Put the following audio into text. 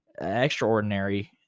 extraordinary